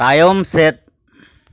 ᱛᱟᱭᱚᱢ ᱥᱮᱫ